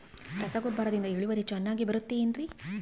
ರಸಗೊಬ್ಬರದಿಂದ ಇಳುವರಿ ಚೆನ್ನಾಗಿ ಬರುತ್ತೆ ಏನ್ರಿ?